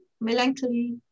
melancholy